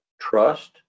trust